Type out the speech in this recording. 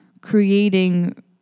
creating